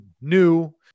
new